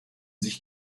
sich